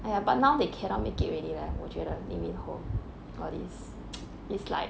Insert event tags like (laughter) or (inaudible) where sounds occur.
!aiya! but now they cannot make it already leh 我觉得 lee min ho all these (noise) is like